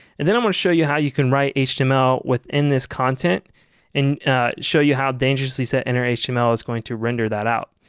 and then i'm going to show you how you can write html within this content and show you how dangerouslysetinnerhtml is going to render that out.